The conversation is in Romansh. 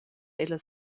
ella